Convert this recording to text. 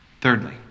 Thirdly